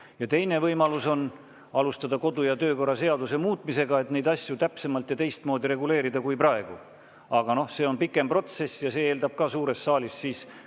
Ja teine võimalus on alustada kodu- ja töökorra seaduse muutmist, et neid asju täpsemalt ja teistmoodi reguleerida kui praegu. Aga see on pikem protsess ja eeldab ka suures saalis küll